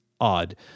odd